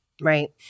Right